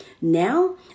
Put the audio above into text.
Now